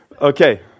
Okay